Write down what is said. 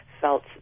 felt